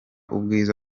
ubwiza